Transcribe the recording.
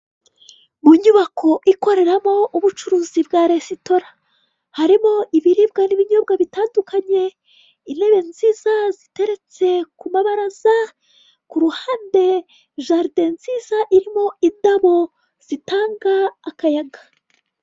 Mu nyubako ikoreramo ubucuruzi bwa resitora. Harimo ibiribwa n'ibinyobwa bitandukanye, intebe nziza ziteretse ku mabaraza, ku ruhande jaride nziza irimo indabo zitanga akayaga.